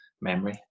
memory